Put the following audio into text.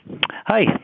Hi